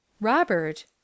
Robert